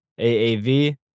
AAV